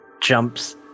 jumps